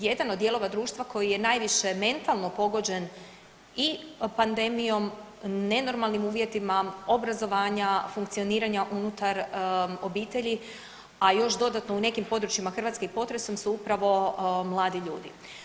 Jedan od dijelova društva koji je najviše mentalno pogođen i pandemijom, nenormalnim uvjetima obrazovanja, funkcioniranja unutar obitelji, a još dodatno u nekim područjima Hrvatske i potresom su upravo mladi ljudi.